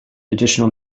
additional